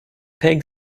peg